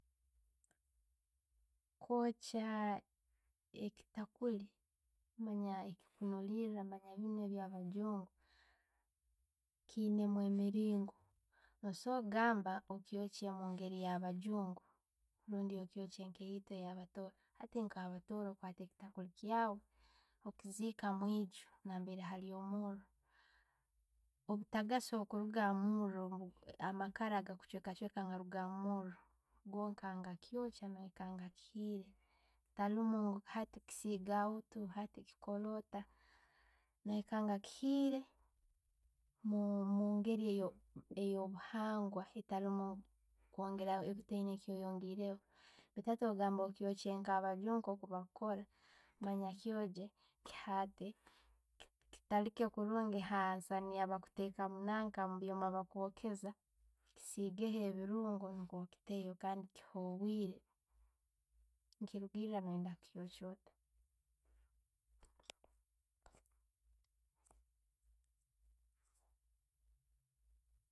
Kwokya echitakuli, maanya biinu ebikunulilira manya biinu ebyabajungu, kiyineu emiringo. Okusobora gamba, okugyoka omugeri ya'ba juungu rundi ogyokye nkaitwe abatooro. Hati nka abatooro, okwata ekitakiire kyaawe, okiziika omwijju nambire hali omuuro. Obutagasi okuruga'omumuuro na'makara no' buchwekachweka obukuruga omuumuro, gonka ne gakyokya noikanga biihiire. Taalimu hati kisiige awootu, kikolere otta, noikanga kihiire mu- mungeri eyo- eyobuhangwa ottayina kyoyongereho baitu bwokugamba kyokya nka abajjungu bebakukora, manya kgyogye. Ki- Kitali manya okitaalika kurungi abakukiiteeka omukyooma, okisiigeho ebiruungo kandi kihe obwiire, ne kirugiira no' yenda kyokya otta.